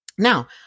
Now